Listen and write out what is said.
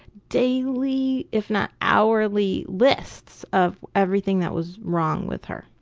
daily, if not hourly lists of everything that was wrong with her.